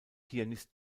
pianist